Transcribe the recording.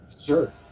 Sure